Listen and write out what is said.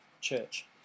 Church